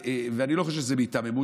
ואני לא חושב שזה בהיתממות.